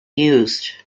used